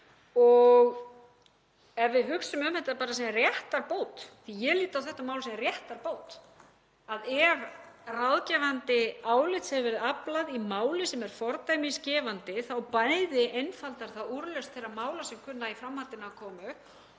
Ef við hugsum um þetta sem réttarbót, því að ég lít á þetta mál sem réttarbót, að ef ráðgefandi álits hefur verið aflað í máli sem er fordæmisgefandi þá bæði einfaldar það úrlausn þeirra mála sem kunna í framhaldinu að koma